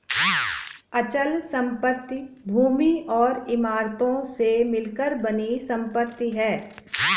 अचल संपत्ति भूमि और इमारतों से मिलकर बनी संपत्ति है